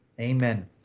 Amen